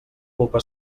culpa